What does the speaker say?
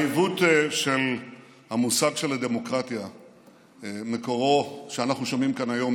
העיוות של המושג של הדמוקרטיה שאנחנו שומעים כאן היום,